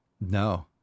no